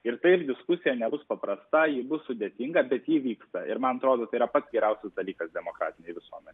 ir taip diskusija nebus paprasta ji bus sudėtinga bet ji vyksta ir man atrodo tai yra pats geriausias dalykas demokratinėj visuomenėj